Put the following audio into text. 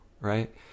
right